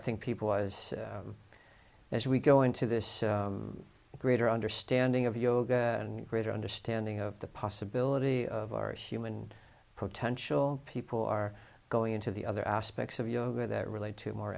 think people was as we go into this a greater understanding of yoga and greater understanding of the possibility of our human potential people are going into the other aspects of yoga that relate to more